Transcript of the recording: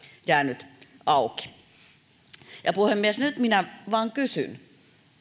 jäänyt auki puhemies nyt minä vain kysyn